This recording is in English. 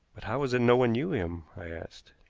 but how is it no one knew him? i asked.